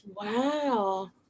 Wow